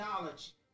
knowledge